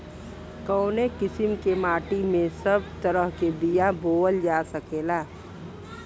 कवने किसीम के माटी में सब तरह के बिया बोवल जा सकेला?